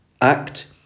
act